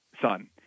son